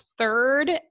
third